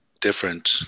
different